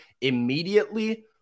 immediately